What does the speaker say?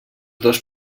dos